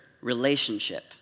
relationship